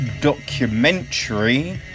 documentary